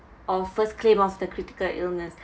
or first claim of the critical illness